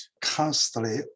constantly